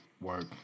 work